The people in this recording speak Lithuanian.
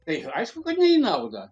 tai aišku kad ne į naudą